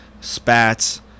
spats